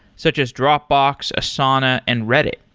such as dropbox, asana and reddit.